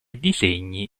disegni